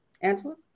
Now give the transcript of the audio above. Angela